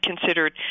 considered